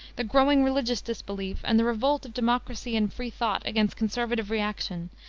the growing religious disbelief, and the revolt of democracy and free thought against conservative reaction,